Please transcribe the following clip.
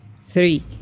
Three